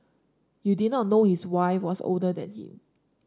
you did not know his wife was older than him